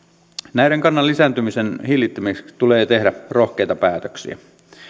näiden kannan lisääntymisen hillitsemiseksi tulee tehdä rohkeita päätöksiä